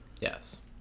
Yes